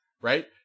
right